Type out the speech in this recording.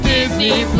Disney